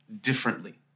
differently